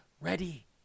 ready